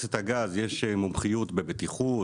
שלמועצת הגז יש מומחיות בבטיחות,